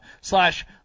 slash